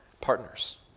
partners